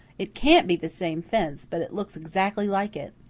it can't be the same fence, but it looks exactly like it.